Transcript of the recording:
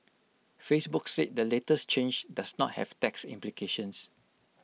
Facebook said the latest change does not have tax implications